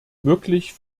wirklich